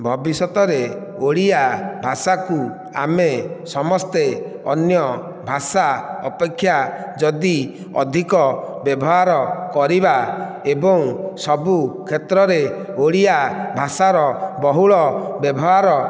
ଭବିଷ୍ୟତରେ ଓଡ଼ିଆ ଭାଷାକୁ ଆମେ ସମସ୍ତେ ଅନ୍ୟ ଭାଷା ଅପେକ୍ଷା ଯଦି ଅଧିକ ବ୍ୟବହାର କରିବା ଏବଂ ସବୁ କ୍ଷେତ୍ରରେ ଓଡ଼ିଆ ଭାଷାର ବହୁଳ ବ୍ୟବହାର